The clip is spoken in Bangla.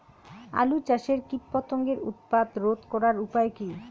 আলু চাষের কীটপতঙ্গের উৎপাত রোধ করার উপায় কী?